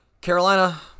Carolina